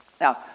Now